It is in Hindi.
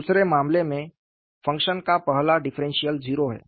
दूसरे मामले में फ़ंक्शन का पहला डिफरेंशियल 0 है